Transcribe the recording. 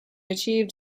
achieved